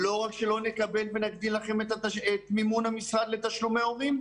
לא רק שלא נקבל ונגדיל לכם את מימון המשרד לתשלומי הורים,